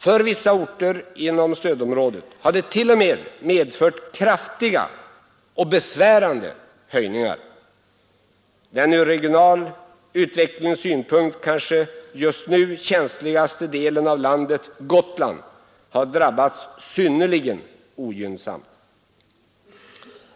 För vissa orter inom stödområdet har det t.o.m. medfört kraftiga och besvärande höjningar. Den ur regional utvecklingssynpunkt just nu kanske känsligaste delen av landet, Gotland, har drabbats synnerligen ogynnsamt.